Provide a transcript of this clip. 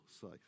safe